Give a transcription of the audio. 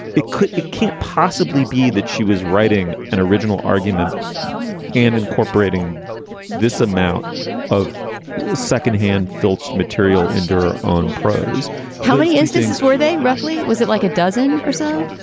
it could. it can't possibly be that she was writing an original argument and incorporating this amount of second hand filched material into her own prose how many instances were they roughly? was it like a dozen or so?